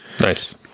nice